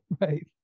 right